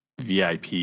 VIP